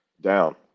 down